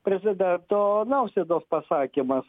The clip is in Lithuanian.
prezidento nausėdos pasakymas